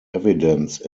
evidence